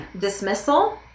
dismissal